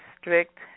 strict